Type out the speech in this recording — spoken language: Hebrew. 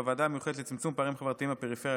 בוועדה המיוחדת לצמצום פערים חברתיים בפריפריה